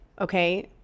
okay